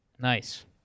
Nice